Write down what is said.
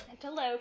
hello